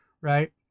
Right